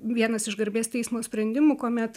vienas iš garbės teismo sprendimų kuomet